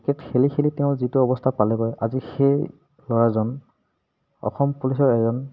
cricket খেলি খেলি তেওঁ যিটো অৱস্থা পালেগৈ আজি সেই ল'ৰাজন অসম পুলিচৰ এজন